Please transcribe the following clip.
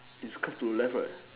is cause to left right